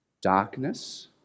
darkness